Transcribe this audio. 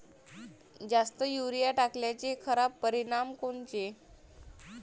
जास्त युरीया टाकल्याचे खराब परिनाम कोनचे?